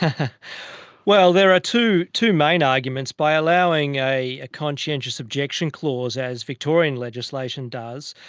ah well, there are two two main arguments. by allowing a conscientious objection clause, as victorian legislation does,